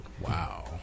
Wow